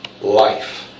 life